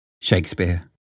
Shakespeare